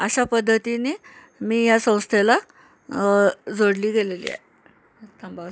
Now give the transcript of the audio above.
अशा पद्धतीनी मी या संस्थेला जोडली गेलेलीआहे थांबा